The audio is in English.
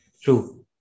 True